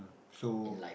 so